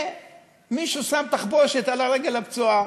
ומישהו שם תחבושת על הרגל הפצועה,